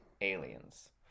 aliens